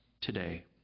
today